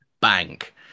bank